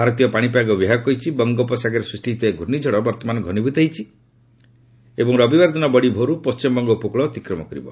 ଭାରତୀୟ ପାଣିପାଗ ବିଭାଗ କହିଛି ବଙ୍ଗୋପସାଗରରେ ସୃଷ୍ଟି ହୋଇଥିବା ଏହି ଘୁର୍ଷିଝଡ଼ ବର୍ତ୍ତମାନ ଘନିଭୂତ ହୋଇଛି ଏବଂ ରବିବାର ଦିନ ବଡ଼ି ଭୋରରୁ ପଣ୍ଟିମବଙ୍ଗ ଉପକୃଳ ଅତିକ୍ରମ କରିବ